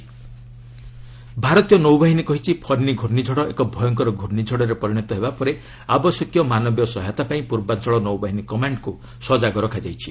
navy cyclone ଭାରତୀୟ ନୌବାହିନୀ କହିଛି ଫନି ପ୍ରର୍ଷ୍ଣିଝଡ଼ ଏକ ଭୟଙ୍କର ଘୁର୍ଷିଝଡ଼ରେ ପରିଣତ ହେବା ପରେ ଆବଶ୍ୟକୀୟ ମାନବୀୟ ସହାୟତା ପାଇଁ ପୂର୍ବାଞ୍ଚଳ ନୌବାହିନୀ କମାଣ୍ଡକୁ ସଜାଗ ରଖାଯାଇଛି